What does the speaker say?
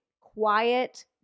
quiet